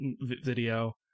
video